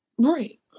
Right